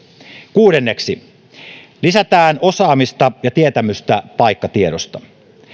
kuudenneksi lisätään osaamista ja tietämystä paikkatiedoista